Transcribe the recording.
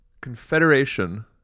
confederation